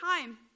time